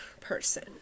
person